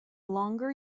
longer